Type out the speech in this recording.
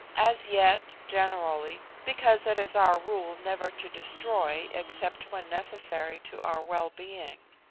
as yet generally, because it is our rule never to destroy except when necessary to our well-being.